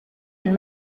and